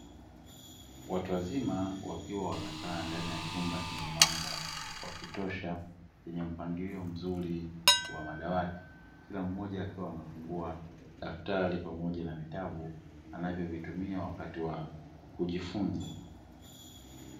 Watu wazima wakiwa wamekaa ndani ya chumba chenye mwanga wa kutosha, chenye mpangilio mzuri wa madawati. Kila mmoja akiwa amefungua daftari pamoja na vitabu anavovitumia wakati wa kujifunza.